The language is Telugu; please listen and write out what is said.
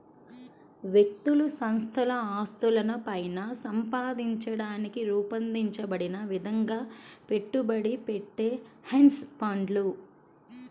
వ్యక్తులు సంస్థల ఆస్తులను పైన సంపాదించడానికి రూపొందించబడిన విధంగా పెట్టుబడి పెట్టే హెడ్జ్ ఫండ్లు